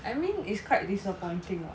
I mean it's quite disappointing lah